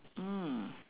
mm